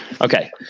Okay